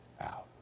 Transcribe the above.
out